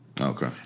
Okay